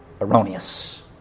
Erroneous